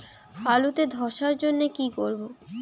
আলুতে ধসার জন্য কি করব?